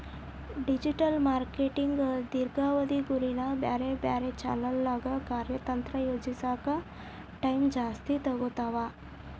digital marketing ದೇರ್ಘಾವಧಿ ಗುರಿನ ಬ್ಯಾರೆ ಬ್ಯಾರೆ ಚಾನೆಲ್ನ್ಯಾಗ ಕಾರ್ಯತಂತ್ರ ಯೋಜಿಸೋಕ ಟೈಮ್ ಜಾಸ್ತಿ ತೊಗೊತಾವ